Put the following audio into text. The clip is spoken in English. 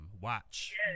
Watch